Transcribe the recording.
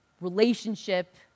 relationship